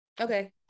okay